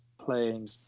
playing